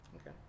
okay